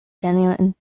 genuine